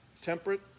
temperate